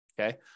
okay